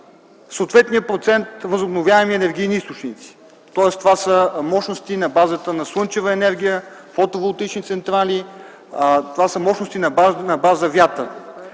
съответния процент възобновяеми енергийни източници. Тоест това са мощности на базата на слънчева енергия, фотоволтични централи, мощности на база вятър.